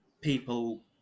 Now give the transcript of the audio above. people